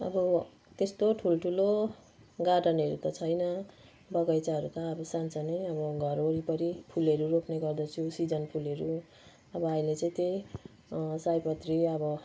अब त्यस्तो ठुलो ठुलो गार्डनहरू त छैन बगैँचाहरू त अब सानो सानै अब घरवरिपरि फुलहरू रोप्ने गर्दछु सिजन फुलहरू अब अहिले चाहिँ त्यही सयपत्री अब